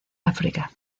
áfrica